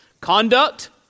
Conduct